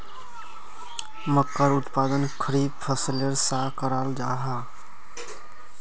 मक्कार उत्पादन खरीफ फसलेर सा कराल जाहा